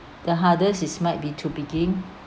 the hardest is might be to begin